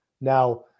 Now